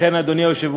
לכן, אדוני היושב-ראש,